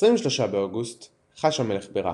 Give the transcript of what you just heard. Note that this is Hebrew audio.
ב-23 באוגוסט חש המלך ברע.